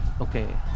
okay